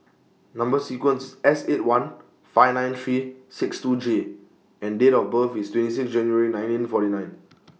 Number sequence S eight one five nine three six two J and Date of birth IS twenty six January nineteen forty nine